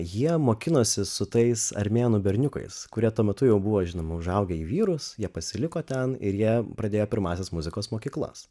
jie mokinosi su tais armėnų berniukais kurie tuo metu jau buvo žinoma užaugę į vyrus jie pasiliko ten ir jie pradėjo pirmąsias muzikos mokyklas